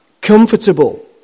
comfortable